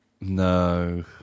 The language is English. No